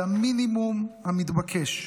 זה המינימום המתבקש,